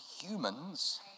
humans